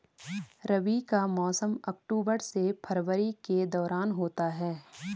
रबी का मौसम अक्टूबर से फरवरी के दौरान होता है